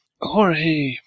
Jorge